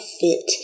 fit